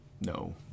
no